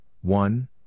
one